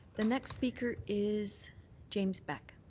the next speaker is james beck.